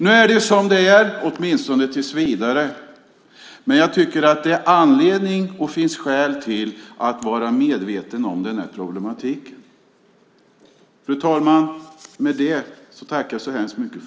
Nu är det som det är, åtminstone tills vidare. Men jag tycker att det finns anledning och skäl till att vara medveten om problematiken.